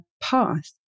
path